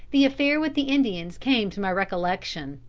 the affair with the indians came to my recollection.